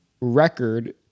record